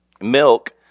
milk